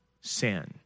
sin